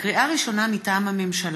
לקריאה ראשונה, מטעם הממשלה: